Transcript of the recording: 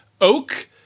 oak